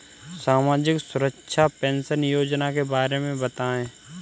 सामाजिक सुरक्षा पेंशन योजना के बारे में बताएँ?